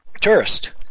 tourist